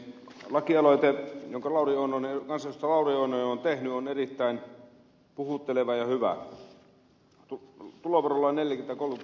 lakialoite jonka kansanedustaja lauri oinonen on tehnyt on erittäin puhutteleva ja hyvä